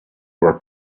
were